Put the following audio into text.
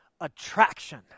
Attraction